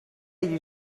you